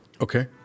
okay